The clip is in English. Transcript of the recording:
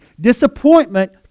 Disappointment